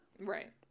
Right